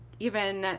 even,